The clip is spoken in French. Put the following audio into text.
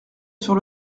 sur